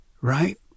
Right